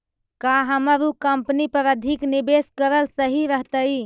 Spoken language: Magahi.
का हमर उ कंपनी पर अधिक निवेश करल सही रहतई?